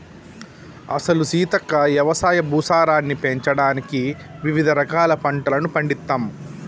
అసలు సీతక్క యవసాయ భూసారాన్ని పెంచడానికి వివిధ రకాల పంటలను పండిత్తమ్